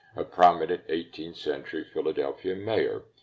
a prominent eighteenth century philadelphia mayor.